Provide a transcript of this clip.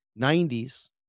90s